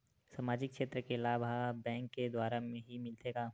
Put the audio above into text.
सामाजिक क्षेत्र के लाभ हा बैंक के द्वारा ही मिलथे का?